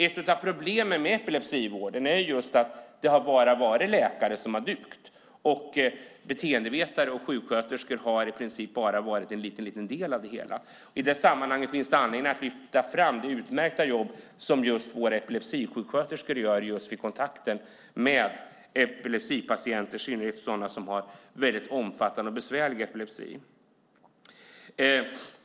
Ett av problemen med epilepsivården är just att det bara har varit läkare som har dugt och att beteendevetare och sjuksköterskor i princip bara har varit en liten del av det hela. I detta sammanhang finns det anledning att lyfta fram det utmärkta jobb som just våra epilepsisjuksköterskor gör i kontakten med epilepsipatienter, i synnerhet sådana som har väldigt omfattande och besvärlig epilepsi.